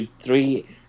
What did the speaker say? Three